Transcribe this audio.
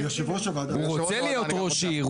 הוא רוצה להיות ראש עיר.